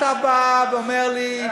אתה בא ואומר לי,